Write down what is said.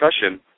discussion